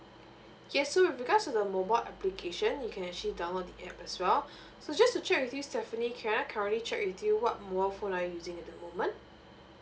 yes so with regards to the mobile application you can actually download the app as well so just to check with you stephanie can I currently check with you what mobile phone are you using at the moment